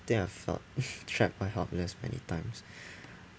I think I felt trapped or helpless many times